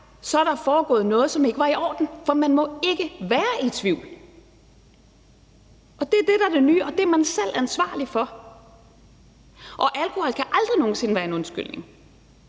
ej, er der foregået noget, som ikke var i orden, for man må ikke være i tvivl, og det er det, der er det nye, og det er man selv ansvarlig for. Og alkohol kan aldrig nogen sinde være en undskyldning,